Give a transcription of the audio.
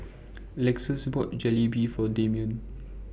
Lexis bought Jalebi For Damian